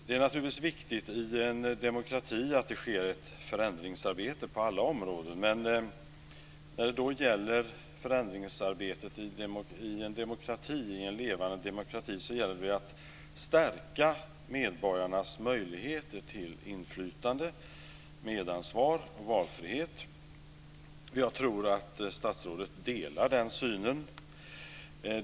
Det är naturligtvis viktigt i en demokrati att det sker ett förändringsarbete på alla områden, men när det gäller förändringsarbetet i en levande demokrati så handlar det om att stärka medborgarnas möjligheter till inflytande, medansvar och valfrihet. Jag tror att statsrådet delar den synen.